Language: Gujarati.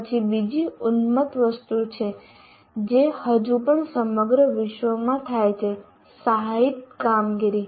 પછી બીજી ઉન્મત્ત વસ્તુ છે જે હજુ પણ સમગ્ર વિશ્વમાં થાય છે સહાયિત કામગીરી